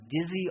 dizzy